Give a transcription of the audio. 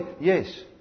Yes